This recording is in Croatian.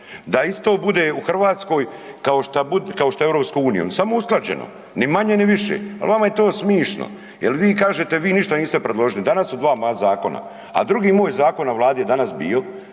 Da isto bude u Hrvatskoj kao što bude, kao što je u EU, samo usklađeno, ni manje ni više, a vama je to smišno, jel vi kažete vi ništa niste predložili, danas su dva moja zakona, a drugi moj zakon na Vladi je danas bio